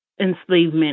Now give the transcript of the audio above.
enslavement